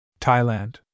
Thailand